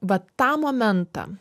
va tą momentą